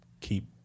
keep